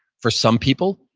for some people,